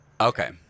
Okay